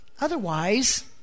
Otherwise